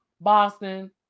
Boston